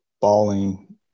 balling